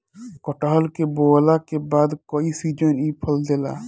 कटहल के बोअला के बाद कई सीजन इ फल देला